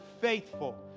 faithful